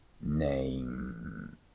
name